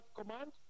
Command